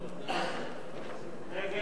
1 לא נתקבלה.